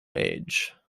age